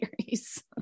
series